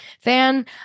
fan